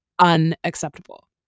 Unacceptable